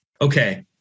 Okay